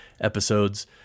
episodes